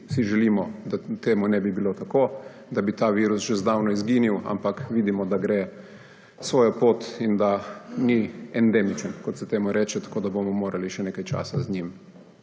si želimo, da temu ne bi bilo tako, da bi ta virus že zdavnaj izginil, ampak vidimo, da gre svojo pot, da ni endemičen, kot se temu reče, tako da bomo morali še nekaj časa z njim